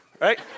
right